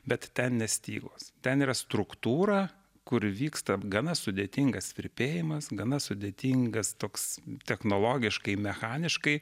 bet ten nes stygos ten yra struktūra kur vyksta gana sudėtingas virpėjimas gana sudėtingas toks technologiškai mechaniškai